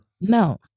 No